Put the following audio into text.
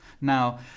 Now